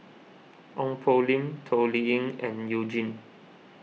Ong Poh Lim Toh Liying and You Jin